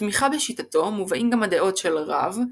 לתמיכה בשיטתו מובאים גם הדעות של רב,